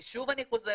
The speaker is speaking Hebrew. כי שוב אני חוזרת,